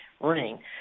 Ring